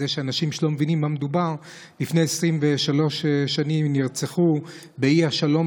לאנשים שלא מבינים במה מדובר: לפני 23 שנים נרצחו באי השלום